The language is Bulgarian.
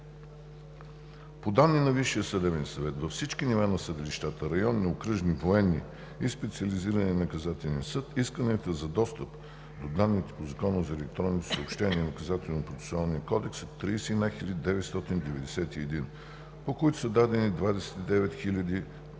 По данни на Висшия съдебен съвет във всички нива на съдилищата – районни, окръжни, военни и Специализираният наказателен съд, исканията за достъп до данните по Закона за електронните съобщения и Наказателно-процесуалния кодекс са 31 991, по които са дадени 29